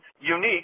unique